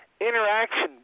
interaction